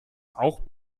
auch